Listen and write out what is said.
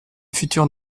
future